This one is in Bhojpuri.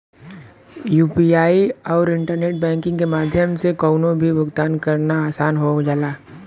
यू.पी.आई आउर इंटरनेट बैंकिंग के माध्यम से कउनो भी भुगतान करना आसान हो जाला